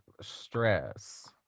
stress